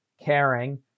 caring